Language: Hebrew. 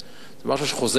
זה משהו שחוזר על עצמו.